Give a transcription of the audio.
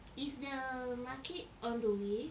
is the market on the way